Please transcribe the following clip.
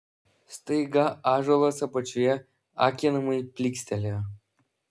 staiga ąžuolas apačioje akinamai plykstelėjo